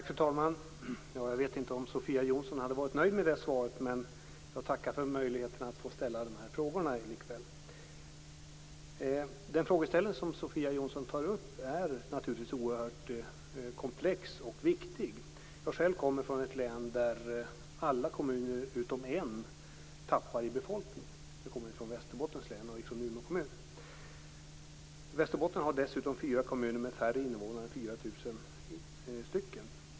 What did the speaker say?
Fru talman! Jag vet inte om Sofia Jonsson hade varit nöjd med det svaret, men jag tackar likväl för möjligheten att få ställa de här frågorna. Den frågeställning som Sofia Jonsson tar upp är naturligtvis oerhört komplex och viktig. Jag kommer själv från ett län där alla kommuner utom en tappar i befolkning, nämligen Västerbottens län och Umeå kommun. Västerbotten har dessutom fyra kommuner med färre invånare än 4 000.